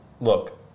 look